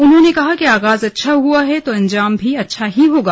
उन्होंने कहा कि आगाज अच्छा हुआ है तो अंजाम भी अच्छा ही होगा